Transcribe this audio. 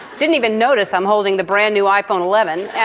didn't even notice i'm holding the brand new iphone eleven and